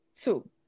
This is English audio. Two